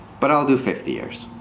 but i'll do fifty years.